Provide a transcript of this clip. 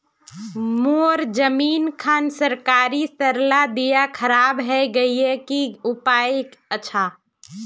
मोर जमीन खान सरकारी सरला दीया खराब है गहिये की उपाय अच्छा?